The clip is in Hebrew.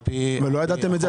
ולא ידעתם על זה?